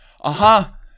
Aha